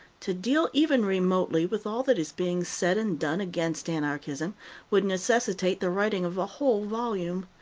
to deal even remotely with all that is being said and done against anarchism would necessitate the writing of a whole volume.